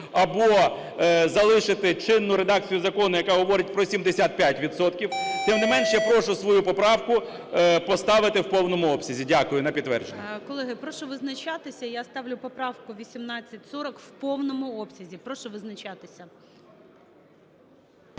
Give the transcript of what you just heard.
або залишити чинну редакцію закону, яка говорить про 75 відсотків. Тим не менше, я прошу свою поправку поставити в повному обсязі. Дякую. На підтвердження. ГОЛОВУЮЧИЙ. Колеги, прошу визначатися. Я ставлю поправку 1840 в повному обсязі, прошу визначатися.